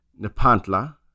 Nepantla